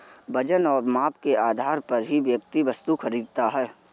वजन और माप के आधार पर ही व्यक्ति वस्तु खरीदता है